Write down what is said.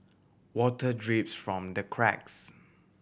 water drips from the cracks